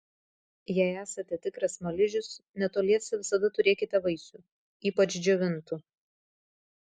jei esate tikras smaližius netoliese visada turėkite vaisių ypač džiovintų